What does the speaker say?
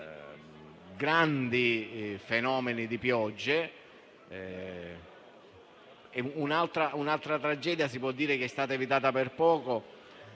grandi fenomeni di piogge e un'altra tragedia si può dire che sia stata evitata per poco: